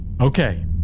Okay